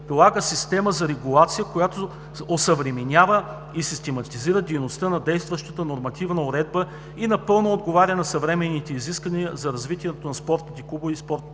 предлага система за регулация, която осъвременява и систематизира дейността на действащата нормативна уредба и напълно отговаря на съвременните изисквания за развитието на спортните клубове и спортните